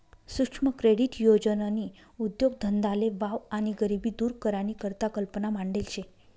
सुक्ष्म क्रेडीट योजननी उद्देगधंदाले वाव आणि गरिबी दूर करानी करता कल्पना मांडेल शे